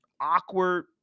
awkward